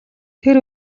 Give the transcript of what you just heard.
тэр